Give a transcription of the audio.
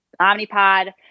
Omnipod